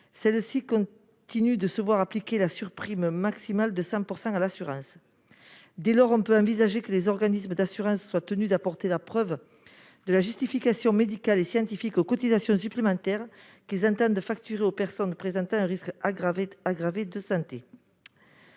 celles-ci continuent de se voir appliquer la surprime maximale de 100 % de leur assurance. Dès lors, on peut envisager que les organismes d'assurance soient tenus d'apporter la preuve de la justification médicale et scientifique des cotisations supplémentaires qu'ils entendent facturer aux personnes présentant un risque aggravé de santé.